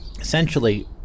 essentially